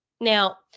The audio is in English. Now